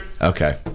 Okay